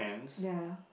ya ya